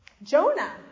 Jonah